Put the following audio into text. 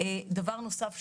דבר נוסף,